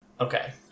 Okay